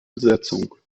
besetzung